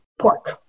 pork